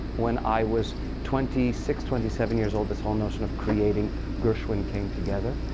when i was twenty six, twenty seven years old, this whole notion of creating gershwin came together.